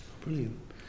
Brilliant